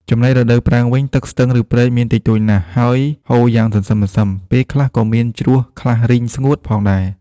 ចំណែករដូវប្រាំងវិញ ទឹកស្ទឹង ឬព្រែកមានតិចតួចណាស់ ហើយហូរយ៉ាងសន្សឹមៗ ពេលខ្លះក៏មានជ្រោះខ្លះរីងស្ងួត ផងដែរ។